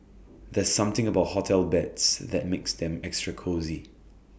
there's something about hotel beds that makes them extra cosy